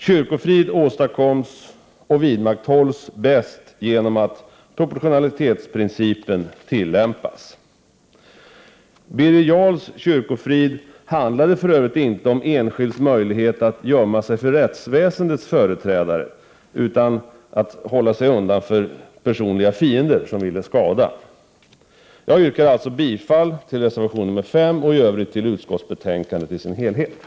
Kyrkofrid åstadkoms och vidmakthålls bäst genom att proportionalitetsprincipen tillämpas. Birger Jarls kyrkofrid handlade för övrigt inte om enskilds möjlighet att gömma sig för rättsväsendets företrädare utan att hålla sig undan för personliga fiender som ville skada. Jag yrkar bifall till reservation 5 och i övrigt till hemställan i utskottets betänkande.